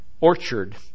orchard